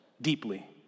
Deeply